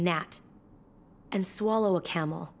gnat and swallow a camel